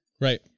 Right